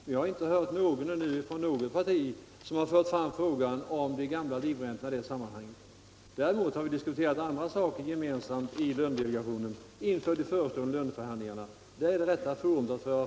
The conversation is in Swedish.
Vi har ännu inte hört att man där från något parti har fört fram frågan om de gamla livräntorna. Däremot har vi gemensamt diskuterat andra frågor i lönedelegationen inför de förestående löneförhandlingarna. Det är rätt forum.